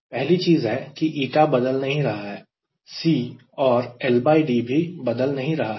पहली चीज है की 𝜂 बदल नहीं रहा है C और LD भी बदल नहीं रहा है